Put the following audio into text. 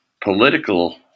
political